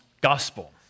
gospel